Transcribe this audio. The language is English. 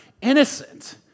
innocent